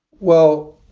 well,